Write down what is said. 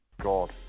God